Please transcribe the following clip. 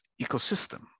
ecosystem